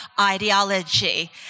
ideology